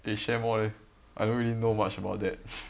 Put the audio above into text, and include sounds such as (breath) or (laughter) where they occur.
eh share more leh I don't really know much about that (breath)